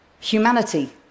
humanity